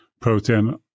protein